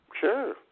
sure